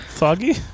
Foggy